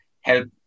help